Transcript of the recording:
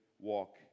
walk